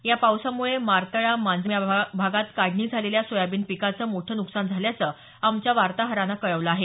या पावसामुळे मारतळा मांजरम या भागात काढणी झालेल्या सोयाबीन पिकाचं मोठं नुकसान झाल्याचं आमच्या वार्ताहरानं कळवलं आहे